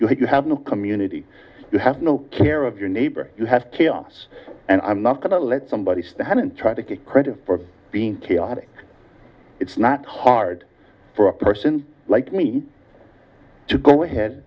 you have no community you have no care of your neighbor you have chaos and i'm not going to let somebody stand and try to get credit for being chaotic it's not hard for a person like me to go ahead